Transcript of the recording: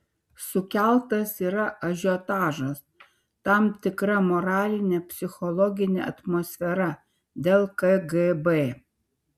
sukeltas yra ažiotažas tam tikra moralinė psichologinė atmosfera dėl kgb